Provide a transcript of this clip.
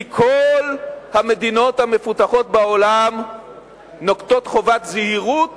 כי כל המדינות המפותחות בעולם נוקטות חובת זהירות